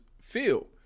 feel